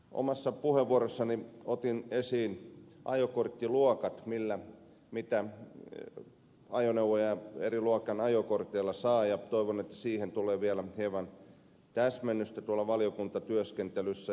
omassa puheenvuorossani otin esiin ajokorttiluokat mitä ajoneuvoja eri luokan ajokorteilla saa ajaa ja toivon että siihen tulee vielä hieman täsmennystä tuolla valiokuntatyöskentelyssä